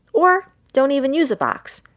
or don't even use a box.